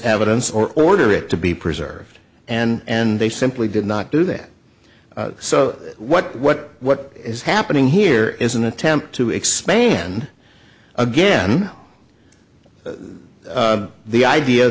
evidence or order it to be preserved and they simply did not do that so what what what is happening here is an attempt to expand again the idea